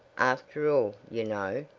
after all, you know.